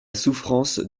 souffrance